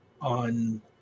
on